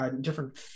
different